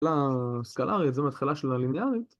לסקלרית, זו מתחילה של הלינארית.